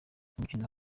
umukino